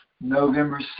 November